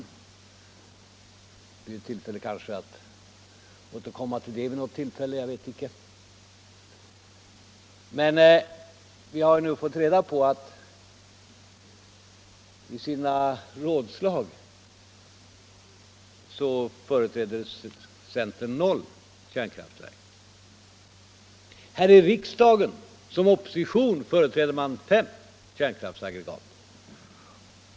Det blir kanske tillfälle att återkomma till den. Vi har nu fått reda på att i sina rådslag företräder centern 0 kärnkraftverk. Här i riksdagen som opposition företräder man 5 kärnkraftsaggregat.